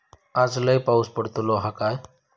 आज लय पाऊस पडतलो हा काय?